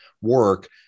work